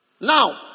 Now